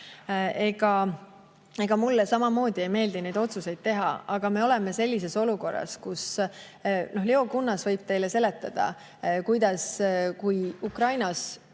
Ega mulle samamoodi ei meeldi neid otsuseid teha. Aga me oleme sellises olukorras, kus on nii – Leo Kunnas võib teile seletada –, et kui Ukrainas